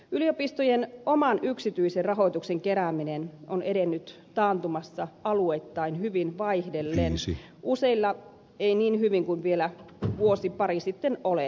yliopistojen oman yksityisen rahoituksen kerääminen on edennyt taantumassa alueittain hyvin vaihdellen useilla ei niin hyvin kuin vielä vuosi pari sitten oletettiin